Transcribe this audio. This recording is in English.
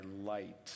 light